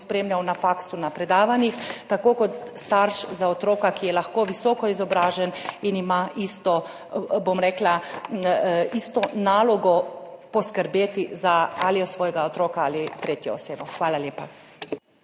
spremljal na faksu, na predavanjih, tako kot starš za otroka, ki je lahko visoko izobražen in ima isto nalogo poskrbeti za svojega otroka ali tretjo osebo. Hvala lepa.